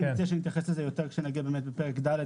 אני רוצה שנתייחס לזה יותר באמת כשנגיע לפרק ד',